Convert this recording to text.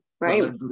Right